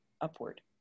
upward